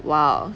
!wow!